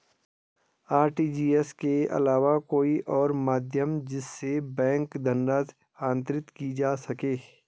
RTGS के अलावा कोई और माध्यम जिससे बैंक धनराशि अंतरित की जा सके?